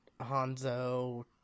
Hanzo